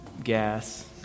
Gas